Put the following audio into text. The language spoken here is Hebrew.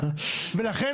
לכן,